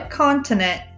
continent